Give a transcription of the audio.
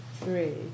three